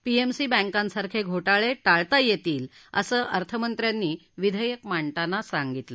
PMC बँकांसारखे घोठे ठळता येतील असं अर्थमंत्र्यांनी विधेयक मांडताना सांगितलं